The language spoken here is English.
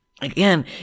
again